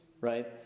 right